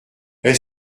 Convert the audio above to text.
est